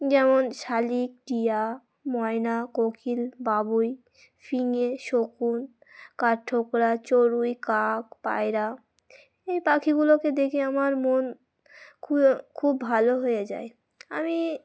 যেমন শালিক টিয়া ময়না কোকিল বাবুই ফিঙে শকুন কাঠ ঠোকরা চড়ুই কাক পায়রা এই পাখিগুলোকে দেখে আমার মন খু খুব ভালো হয়ে যায় আমি